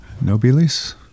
Nobilis